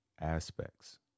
Aspects